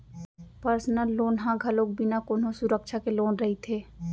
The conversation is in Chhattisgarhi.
परसनल लोन ह घलोक बिना कोनो सुरक्छा के लोन रहिथे